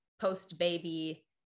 post-baby